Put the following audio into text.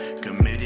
Committed